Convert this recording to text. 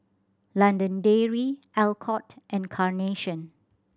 London Dairy Alcott and Carnation